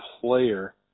player